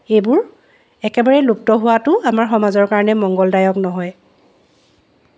এইবোৰ একেবাৰে লুপ্ত হোৱাটোও আমাৰ সমাজৰ কাৰণে মঙ্গলদায়ক নহয়